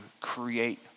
create